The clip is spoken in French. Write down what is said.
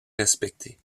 respecté